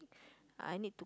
I need to